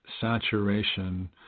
saturation